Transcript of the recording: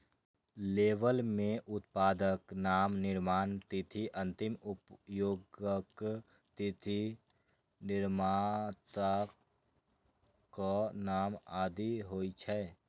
label मे उत्पादक नाम, निर्माण तिथि, अंतिम उपयोगक तिथि, निर्माताक नाम आदि होइ छै